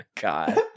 God